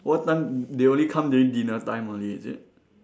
what time they only come during dinner time only is it